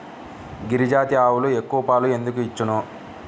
గిరిజాతి ఆవులు ఎక్కువ పాలు ఎందుకు ఇచ్చును?